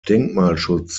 denkmalschutz